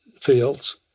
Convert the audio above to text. fields